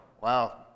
wow